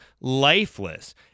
lifeless